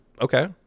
okay